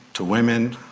to women,